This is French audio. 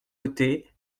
voté